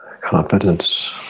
confidence